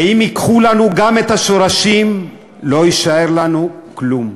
ואם ייקחו לנו גם את השורשים לא יישאר לנו כלום.